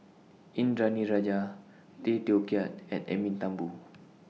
Indranee Rajah Tay Teow Kiat and Edwin Thumboo